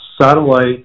satellite